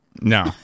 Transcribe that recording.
No